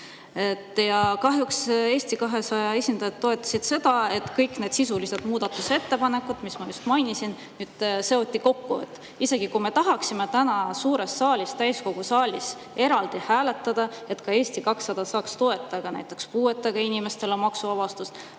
toetasid Eesti 200 esindajad seda, et kõik need sisulised muudatusettepanekud, mida ma just mainisin, seotakse kokku. Isegi kui me tahaksime täna suures saalis täiskogus neid eraldi hääletada, et ka Eesti 200 saaks toetada näiteks puuetega inimeste ja lasterikaste